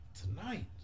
tonight